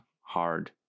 hard